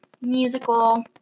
musical